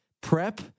prep